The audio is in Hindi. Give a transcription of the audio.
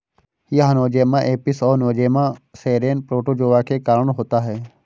यह नोज़ेमा एपिस और नोज़ेमा सेरेने प्रोटोज़ोआ के कारण होता है